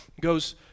goes